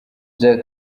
bya